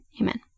amen